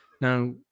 Now